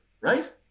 right